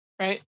right